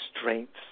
strengths